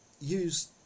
use